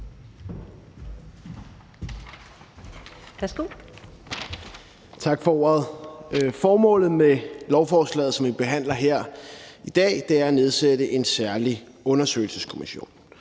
Tak for ordet. Formålet med lovforslaget, som vi behandler her i dag, er at nedsætte en særlig undersøgelseskommission.